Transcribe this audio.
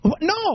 No